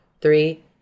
three